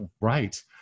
right